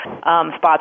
spots